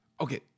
Okay